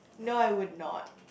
no I would not